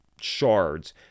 shards